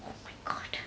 oh my god